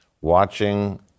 watching